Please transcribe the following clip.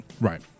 Right